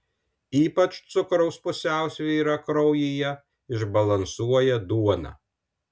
ypač cukraus pusiausvyrą kraujyje išbalansuoja duona